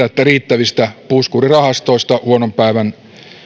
että riittävistä puskurirahastoista huonon päivän